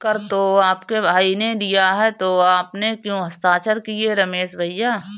कर तो आपके भाई ने लिया है तो आपने क्यों हस्ताक्षर किए रमेश भैया?